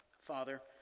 Father